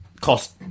cost